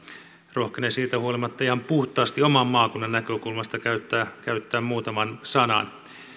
rohkenen siitä huolimatta ihan puhtaasti oman maakunnan näkökulmasta käyttää muutaman sanan